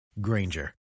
Granger